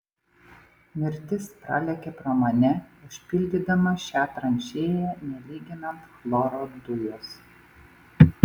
mirtis pralėkė pro mane užpildydama šią tranšėją nelyginant chloro dujos